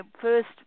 first